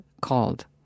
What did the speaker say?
called